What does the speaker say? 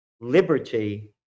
liberty